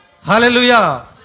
Hallelujah